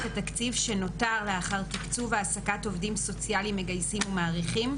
התקציב שנותר לאחר תקצוב העסקת עובדים סוציאליים מגייסים ומעריכים,